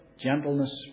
gentleness